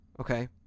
Okay